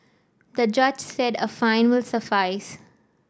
the judge said a fine will suffice